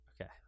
Okay